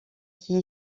qui